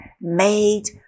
made